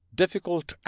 difficult